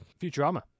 Futurama